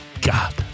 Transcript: God